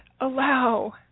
allow